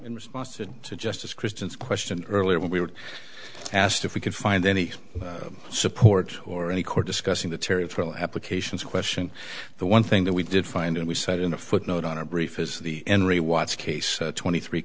in response to justice christian's question earlier when we were asked if we could find any support or any court discussing the territorial applications question the one thing that we did find and we said in a footnote on a brief is the enry watch case twenty three